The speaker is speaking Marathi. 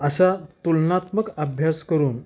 असा तुलनात्मक अभ्यास करून